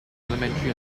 elementary